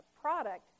product